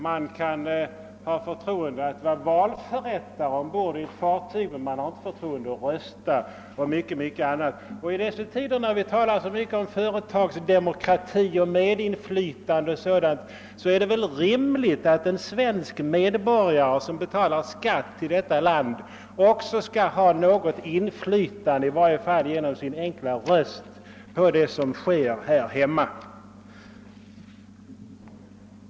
Man kan ha förtroendet att vara valförrättare ombord på ett fartyg men man har inte förtroendet att rösta. T dessa tider, när vi talar så mycket om företagsdemokrati, medinflytande o.d. är det väl rimligt att en svensk medborgare, som betalar skatt i detta land, också skall:hanågot inflytande, i varje fall genom sin enkla röst, på det som sker här hemma.